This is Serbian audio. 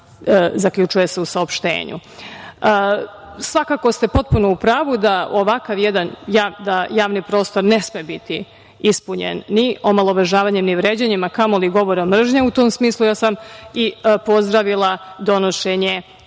zaključuje se u saopštenju. Svakako ste potpuno u pravu da ovakav jedan javni prostor ne sme biti ispunjen ni omalovažavanjem ni vređanjem, a kamoli govora mržnje. U tom smislu, pozdravila sam donošenje